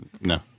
No